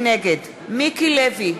נגד מיקי לוי,